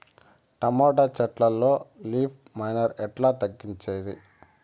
Tomato చెట్లల్లో leaf miner ఎట్లా తగ్గించేది?